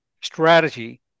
strategy